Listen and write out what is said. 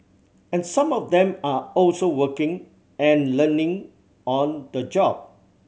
and some of them are also working and learning on the job